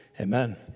Amen